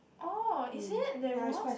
oh is it there was